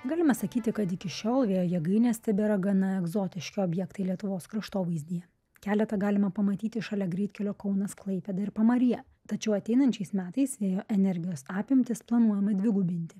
galima sakyti kad iki šiol vėjo jėgainės tebėra gana egzotiški objektai lietuvos kraštovaizdyje keletą galima pamatyti šalia greitkelio kaunas klaipėda ir pamaryje tačiau ateinančiais metais vėjo energijos apimtis planuojama dvigubinti